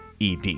ED